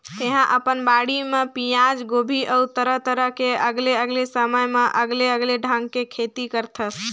तेहा अपन बाड़ी म पियाज, गोभी अउ तरह तरह के अलगे अलगे समय म अलगे अलगे ढंग के खेती करथस